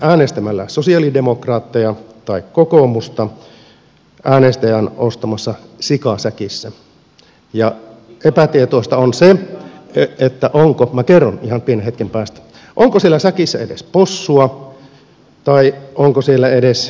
äänestämällä sosialidemokraatteja tai kokoomusta äänestäjä on ostamassa sikaa säkissä ja epätietoista on se minä kerron ihan pienen hetken päästä onko siellä säkissä edes possua tai onko siellä edes värjättyä possunlihaa